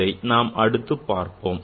அதை நாம் அடுத்துப் பார்ப்போம்